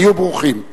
היו ברוכים.